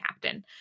captain